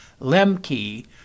Lemke